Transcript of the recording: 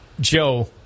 Joe